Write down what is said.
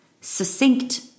succinct